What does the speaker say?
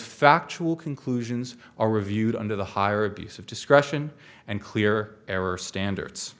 factual conclusions are reviewed under the higher abuse of discretion and clear error standards